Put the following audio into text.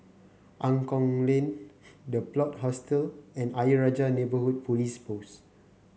Angklong Lane The Plot Hostel and Ayer Rajah Neighbourhood Police Post